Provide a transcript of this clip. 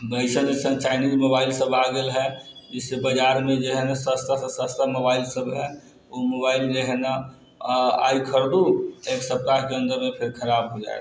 अइसन अइसन Chinese mobile सब आ गेल हय एहिसँ बाजारमे जे है ने सस्ता सस्ता सब मोबाइल सब हय उ मोबाइल जे है ने आइ खरीदू एक सप्ताहके अन्दरमे फेर खराब हो जायत